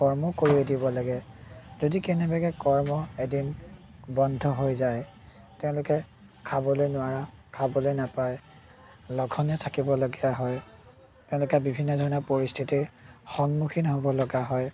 কৰ্ম কৰিয়ে দিব লাগে যদি কেনেবাকৈ কৰ্ম এদিন বন্ধ হৈ যায় তেওঁলোকে খাবলৈ নোৱাৰা খাবলৈ নাপায় লঘোণে থাকিবলগীয়া হয় তেওঁলোকে বিভিন্ন ধৰণৰ পৰিস্থিতিৰ সন্মুখীন হ'ব লগা হয়